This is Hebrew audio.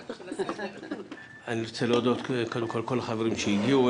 אני רוצה להודות לכל החברים שהגיעו.